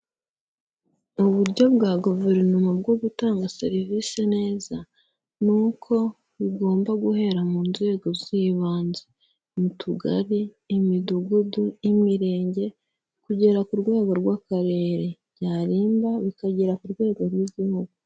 Uburyo bwa guverinoma bwo gutanga serivisi neza, ni uko bigomba guhera mu nzego z'ibanze, mu Tugari, Imidugudu n'Imirenge, kugera ku rwego rw'Akarere, byarimba bikagera ku rwego rw'Igihugu.